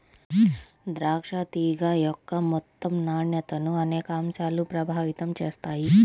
ద్రాక్ష తీగ యొక్క మొత్తం నాణ్యతను అనేక అంశాలు ప్రభావితం చేస్తాయి